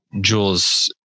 Jules